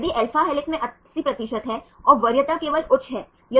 तो alpha helical संरचनाओं में बारीकी से पैक किए गए हैं